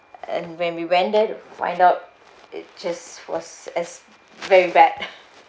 and when we went there to find out it just was as very bad